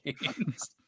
games